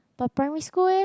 but primary school leh